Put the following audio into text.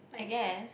I guess